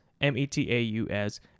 M-E-T-A-U-S